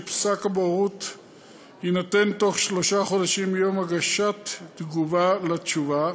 שפסק הבוררות יינתן בתוך שלושה חודשים מיום הגשת תגובה לתשובה.